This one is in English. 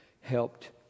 helped